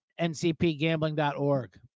ncpgambling.org